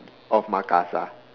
of makassar